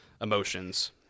emotions